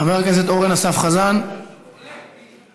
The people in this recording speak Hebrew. חבר הכנסת אורן אסף חזן, עולה.